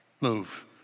move